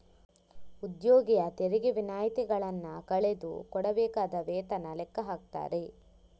ಉದ್ಯೋಗಿಯ ತೆರಿಗೆ ವಿನಾಯಿತಿಗಳನ್ನ ಕಳೆದು ಕೊಡಬೇಕಾದ ವೇತನ ಲೆಕ್ಕ ಹಾಕ್ತಾರೆ